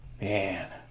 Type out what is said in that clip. Man